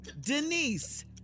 denise